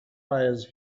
fires